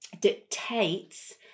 dictates